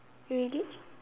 really